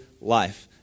life